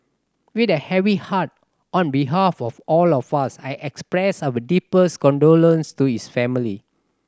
with a heavy heart on behalf of all of us I expressed our deepest condolences to his family